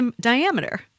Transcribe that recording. diameter